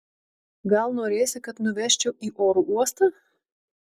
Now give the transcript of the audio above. gal norėsi kad nuvežčiau į oro uostą